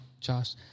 Josh